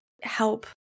help